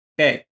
Okay